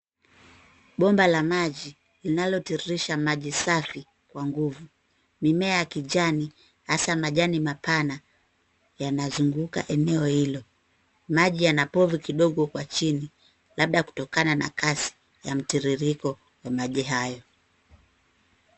Bomba la maji linalotiririsha maji safi kwa nguvu. Mimea ya kijani hasa majani mapana yanazunguka eneo hilo. Maji yana povu kidogo kwa chini labda kutokana na kasi ya mtiririko wa maji hayo.